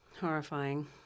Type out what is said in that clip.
Horrifying